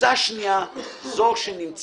קבוצה שנייה היא זו שנמצאת